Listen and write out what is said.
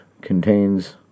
contains